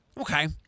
Okay